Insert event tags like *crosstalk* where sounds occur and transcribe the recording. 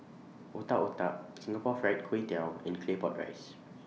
Otak Otak Singapore Fried Kway Tiao and Claypot Rice *noise*